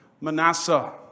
Manasseh